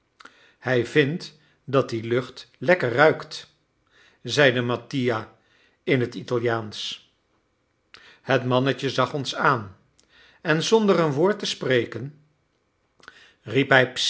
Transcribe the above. hij vindt dat die lucht lekker ruikt zeide mattia in het italiaansch het mannetje zag ons aan en zonder een woord te spreken